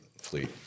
fleet